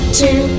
two